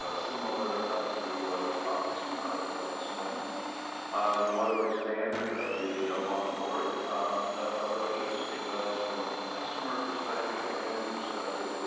ah similar to the topics we talked about this morning. we want to expand the no wrong door approaches because from a customer perspective, a family perspective,